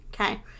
Okay